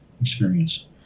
experience